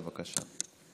בבקשה.